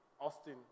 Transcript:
Austin